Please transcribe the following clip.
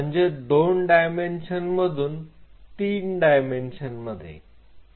म्हणजे 2 डायमेन्शनमधून 3 डायमेन्शनमध्ये